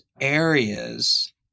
areas